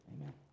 amen